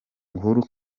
uhuru